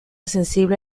sensible